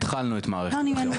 התחלנו את מערכת הבחירות,